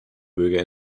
bürger